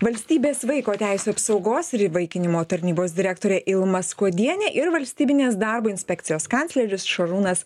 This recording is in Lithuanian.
valstybės vaiko teisių apsaugos ir įvaikinimo tarnybos direktorė ilma skuodienė ir valstybinės darbo inspekcijos kancleris šarūnas